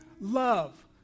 love